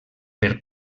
per